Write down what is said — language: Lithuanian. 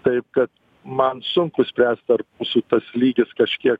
taip kad man sunku spręst ar mūsų tas lygis kažkiek